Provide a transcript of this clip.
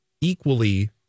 equally